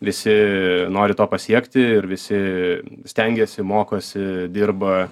visi nori to pasiekti ir visi stengiasi mokosi dirba